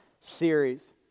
series